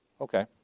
Okay